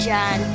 John